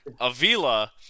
Avila